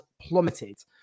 plummeted